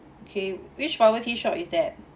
okay which bubble tea shop is that